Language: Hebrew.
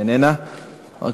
אינה נוכחת.